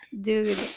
Dude